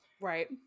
Right